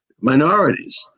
minorities